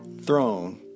throne